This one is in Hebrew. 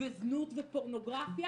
זנות ופורנוגרפיה